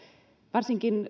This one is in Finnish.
varsinkin